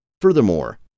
Furthermore